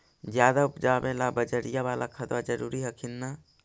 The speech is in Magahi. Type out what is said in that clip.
ज्यादा उपजाबे ला बजरिया बाला खदबा जरूरी हखिन न?